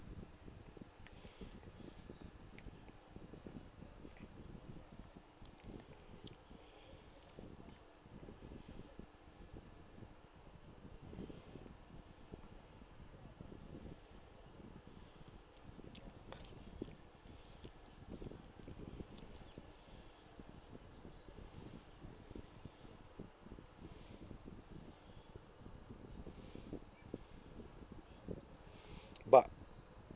but